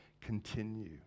continue